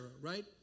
right